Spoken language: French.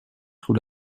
sous